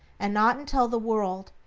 and not until the world,